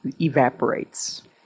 evaporates